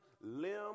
limb